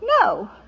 No